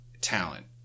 talent